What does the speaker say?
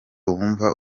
wumva